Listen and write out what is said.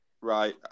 Right